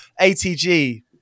ATG